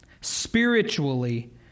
Spiritually